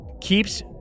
keeps